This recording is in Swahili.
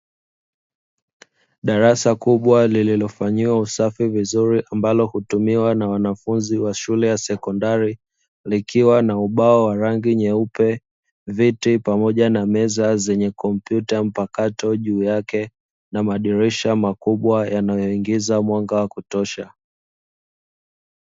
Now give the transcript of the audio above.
Darasa kubwa liliofanyiwa usafi vizuri ambalo hutumiwa na wanafunzi wa shule ya sekondari likiwa na ubao wa rangi nyeupe, viti pamoja na meza zenye kompyuta mpakato juu yake na madirisha makubwa yanayoingiza mwanga wa kutosha.